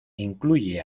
incluye